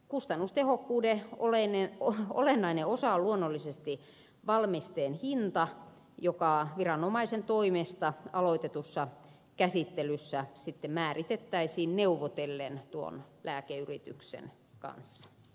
kustannustehokkuuden olennainen osa on luonnollisesti valmisteen hinta joka viranomaisen toimesta aloitetussa käsittelyssä sitten määritettäisiin neuvotellen lääkeyrityksen kanssa